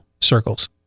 circles